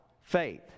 faith